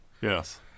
Yes